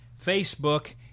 Facebook